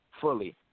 fully